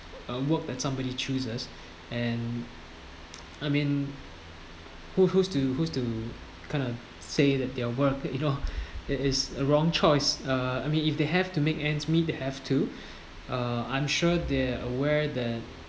a work that somebody chooses and I mean who who's to who's to kind of say that their work you know it is a wrong choice uh I mean if they have to make ends meet they have to uh I'm sure they are aware that